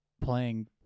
playing